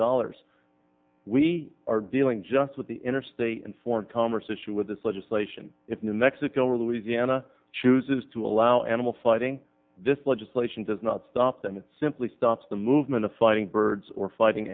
dollars we are dealing just with the interstate and foreign commerce issue with this legislation if new mexico or louisiana chooses to allow animal fighting this legislation does not stop them it simply stops the movement of funding birds or fighting